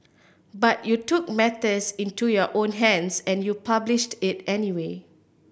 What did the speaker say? but you took matters into your own hands and you published it anyway